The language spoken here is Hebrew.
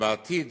שבעתיד